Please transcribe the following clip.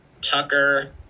Tucker